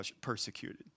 persecuted